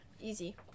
Easy